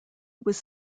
was